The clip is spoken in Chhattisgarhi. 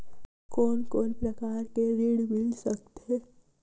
कोन कोन प्रकार के ऋण मिल सकथे?